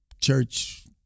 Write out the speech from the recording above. church